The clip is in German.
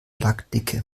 lackdicke